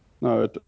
No